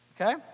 okay